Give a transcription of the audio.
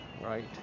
right